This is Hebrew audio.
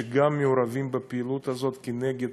שגם מעורבים בפעילות הזאת נגד